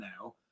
now